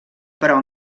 però